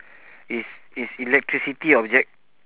is is electricity object